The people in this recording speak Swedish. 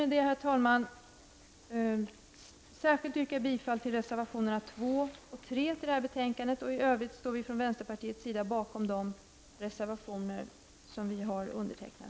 Med detta vill jag särskilt yrka bifall till reservationerna 2 och 3. I övrigt står vi från vänsterpartiets sida bakom de reservationer som vi har undertecknat.